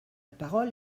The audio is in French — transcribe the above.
parole